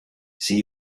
see